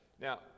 Now